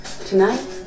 Tonight